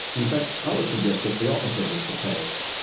in fact i would suggest that the opposite is the case.